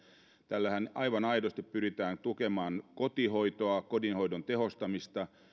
tällähän aivan aidosti pyritään tukemaan kotihoitoa kodinhoidon tehostamista